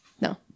No